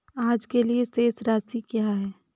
आज के लिए शेष राशि क्या है?